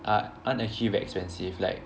aren't actually very expensive like